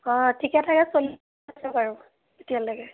অঁ ঠিকে থাকে চলি বাৰু এতিয়ালৈকে